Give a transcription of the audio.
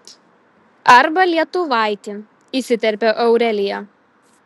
arba lietuvaitį įsiterpia aurelija